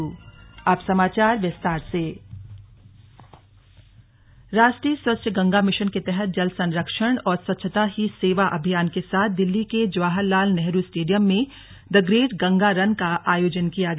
the great Ganga run राष्ट्रीय स्वच्छ Ganga mission के तहत जल संरक्षण और स्वच्छता ही सेवा अभियान के साथ दिल्ली के जवाहर लाल नेहरू स्टेडियम में द ग्रेट गंगा रन का आयोजन किया गया